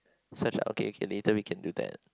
search ah okay later we can do that